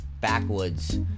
Backwoods